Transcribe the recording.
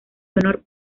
honor